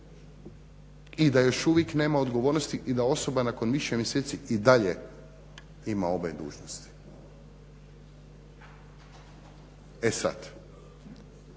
i da još uvijek nema odgovornosti i da osoba nakon više mjeseci i dalje ima ove dužnosti. E sad,